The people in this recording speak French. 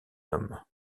homme